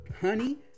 honey